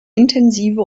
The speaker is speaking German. intensive